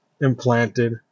implanted